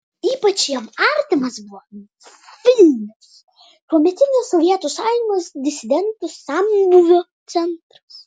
ypač jam artimas buvo vilnius tuometinės sovietų sąjungos disidentų sambūvio centras